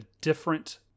different